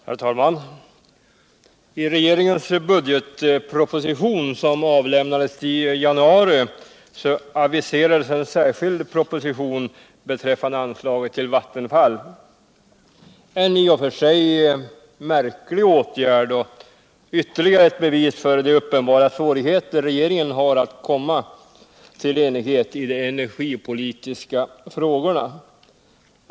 Herr talman! I regeringens budgetproposition, som avlämnades i januari, aviserades en särskild proposition beträffande anslaget till Vattenfall, en i och för sig märklig åtgärd och vuerligaro ett bevis på de uppenbara svårigheter som regeringen har när det gäller au nå enighet I de energipolitiska frågorna.